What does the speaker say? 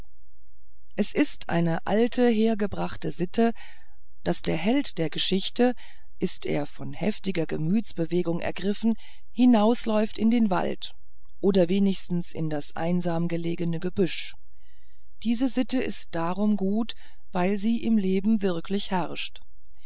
es ist eine alte hergebrachte sitte daß der held der geschichte ist er von heftiger gemütsbewegung ergriffen hinausläuft in den wald oder wenigstens in das einsam gelegene gebüsch die sitte ist darum gut weil sie im leben wirklich herrscht